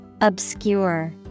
Obscure